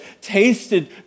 tasted